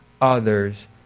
others